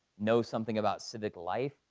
know something about civic life.